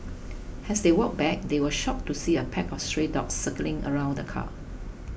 as they walked back they were shocked to see a pack of stray dogs circling around the car